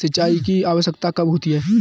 सिंचाई की आवश्यकता कब होती है?